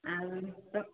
ଆଉ ତ